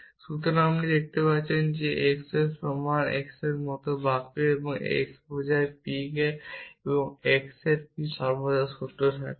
সুতরাং আমরা দেখতে পাচ্ছি x এর সমান x এর মতো বাক্য বা x এর P বোঝায় x এর p সর্বদা সত্য হবে